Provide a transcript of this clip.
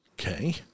Okay